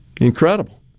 Incredible